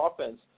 offense